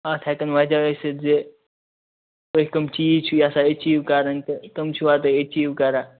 اتھ ہیٚکن وجہ ٲسِتھ زِ تُہۍ کٕم چیٖز چھِو یژھان ایٚچیٖو کرٕنۍ تہٕ تِم چھِوا تُہۍ ایٚچیٖو کران